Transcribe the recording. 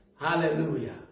Hallelujah